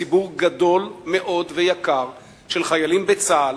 ציבור גדול מאוד ויקר של חיילים בצה"ל,